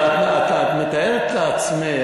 אבל את מתארת לעצמך,